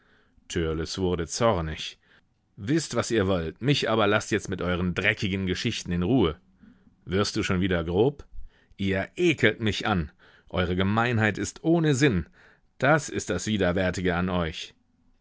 törleß wurde zornig wißt was ihr wollt mich aber laßt jetzt mit euren dreckigen geschichten in ruhe wirst du schon wieder grob ihr ekelt mich an eure gemeinheit ist ohne sinn das ist das widerwärtige an euch